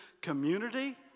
community